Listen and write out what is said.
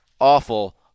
awful